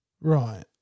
Right